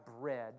bread